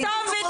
להוציא, בבקשה.